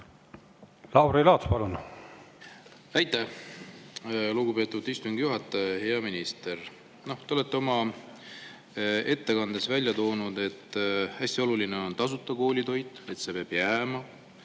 Lauri Laats, palun!